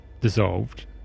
dissolved